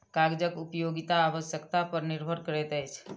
कागजक उपयोगिता आवश्यकता पर निर्भर करैत अछि